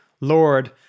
Lord